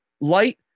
light